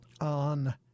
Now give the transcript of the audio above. on